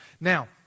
Now